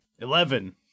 Eleven